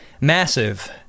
massive